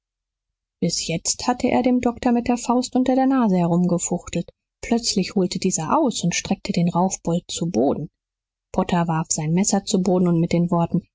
bis jetzt hatte er dem doktor mit der faust unter der nase herumgefuchtelt plötzlich holte dieser aus und streckte den raufbold zu boden potter warf sein messer zu boden und mit den worten